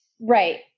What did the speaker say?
Right